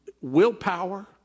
willpower